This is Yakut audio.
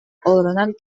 олорунан